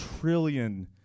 trillion